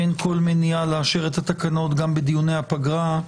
אין כל מניעה לאשר את התקנות גם בדיוני הפגרה.